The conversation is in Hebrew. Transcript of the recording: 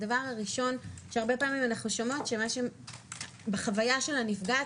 הדבר הראשון שהרבה פעמים אנחנו שומעות שבחוויה של הנפגעת